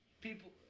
People